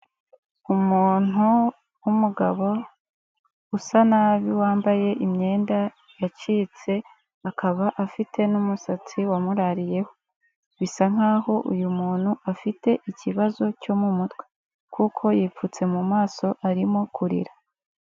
Umuntu w'umugabo usa nabi wambaye imyenda yacitse, akaba afite n'umusatsi wamurariyeho, bisa nkaho uyu muntu afite ikibazo cyo mu mutwe, kuko yipfutse mu maso arimo kurira.